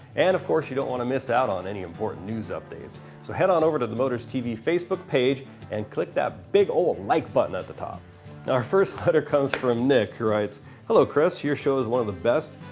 and of course you don't want to miss out on any important news updates. so head on over the motorz tv facebook page and click that big ol' like button at the top. now our first letter comes from nick who writes hello chris, your show is one of the best,